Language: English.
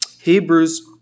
Hebrews